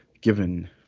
given